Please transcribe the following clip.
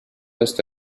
esto